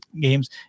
games